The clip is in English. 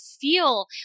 feel